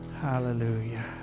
Hallelujah